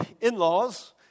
in-laws